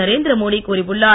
நரேந்திரமோடி கூறியுள்ளார்